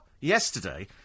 yesterday